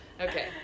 Okay